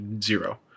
zero